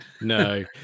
No